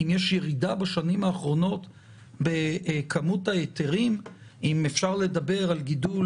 אם יש ירידה בשנים האחרונות בכמות ההיתרים ואם אפשר לדבר על גידול